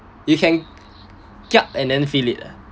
you can kiap and then feed it ah